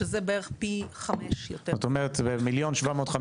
זה עולה 1,750 שקל פר תלמיד לרמה,